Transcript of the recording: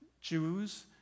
Jews